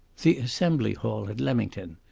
the assembly hall at leamington,